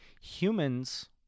Humans